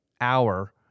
hour